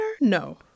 No